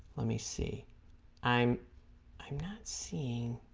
let me see i'm i'm not seeing